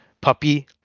puppy